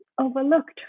overlooked